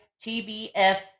TBF